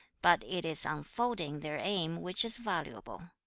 but it is unfolding their aim which is valuable.